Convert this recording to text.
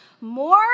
more